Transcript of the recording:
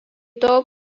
tol